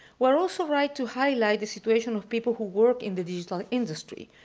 we're also right to highlight the situation of people who work in the digital industry,